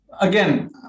again